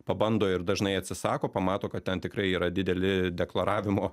pabando ir dažnai atsisako pamato kad ten tikrai yra dideli deklaravimo